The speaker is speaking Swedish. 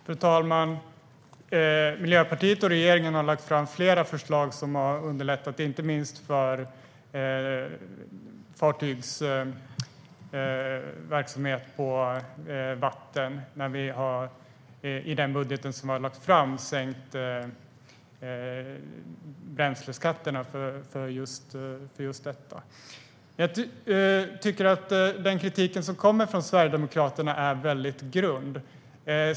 Fru talman! Miljöpartiet och regeringen har lagt fram flera förslag som har underlättat inte minst för fartygsverksamhet på vatten när vi i den budget som vi har lagt fram har sänkt bränsleskatterna för just detta. Jag tycker att den kritik som kommer från Sverigedemokraterna är grund.